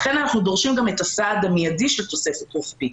לכן אנחנו גם דורשים את הסעד המידי של תוספת כספית.